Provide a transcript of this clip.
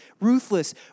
ruthless